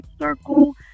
circle